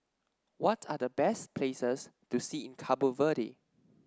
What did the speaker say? what are the best places to see in Cabo Verde